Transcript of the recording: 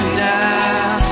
now